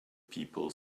people